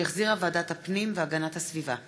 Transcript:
שהחזירה ועדת הפנים והגנת הסביבה.